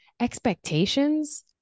expectations